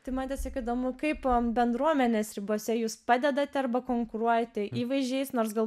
tai man tiesiog įdomu kaip bendruomenės ribose jūs padedate arba konkuruojate įvaizdžiais nors gal